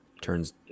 turns